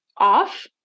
off